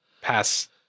pass